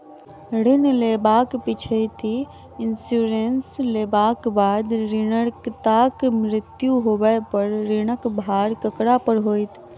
ऋण लेबाक पिछैती इन्सुरेंस लेबाक बाद ऋणकर्ताक मृत्यु होबय पर ऋणक भार ककरा पर होइत?